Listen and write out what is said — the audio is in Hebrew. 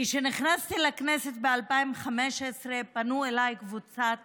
כשנכנסתי לכנסת ב-2015 פנתה אליי קבוצת